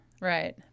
right